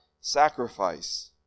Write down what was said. sacrifice